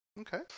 Okay